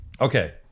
Okay